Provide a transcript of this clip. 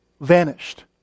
vanished